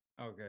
Okay